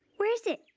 where is it?